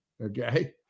okay